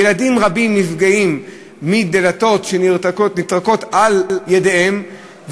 ילדים רבים נפגעים מדלתות שנטרקות על ידיהם,